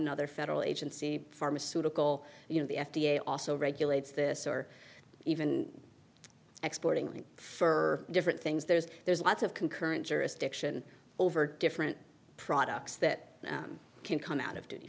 another federal agency pharmaceutical you know the f d a also regulates this or even exporting fur different things there's there's lots of concurrent jurisdiction over different products that can come out of duty